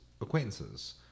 acquaintances